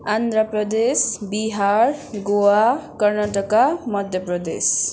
Andhra Pradesh Bihar Goa Karnataka Madhya Pradesh